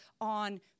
on